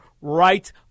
right